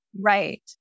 Right